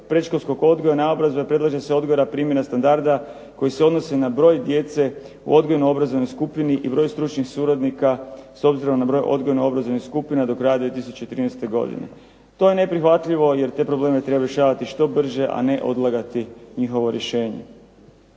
predškolskog odgoja, naobrazbe predlaže se odgoda primjene standarda koji se odnosi na broj djece u odgojno-obrazovnoj skupini i broj stručnih suradnika s obzirom na broj odgojno-obrazovnih skupina do kraja 2013. godine. To je neprihvatljivo jer te probleme treba rješavati što brže a ne odlagati njihovo rješenje.